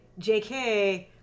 JK